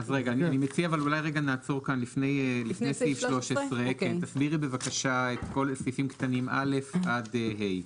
אני מציע אולי רגע נעצור כאן לפני סעיף 13. תסבירי בבקשה את כל הסעיפים קטנים (א) עד (ה).